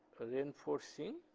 reinforcing